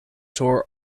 tour